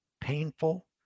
painful